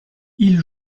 ils